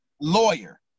lawyer